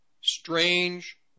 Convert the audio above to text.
Strange